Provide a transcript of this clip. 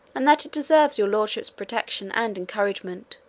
and that it deserves your lordship's protection and encouragement,